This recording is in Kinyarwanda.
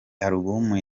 album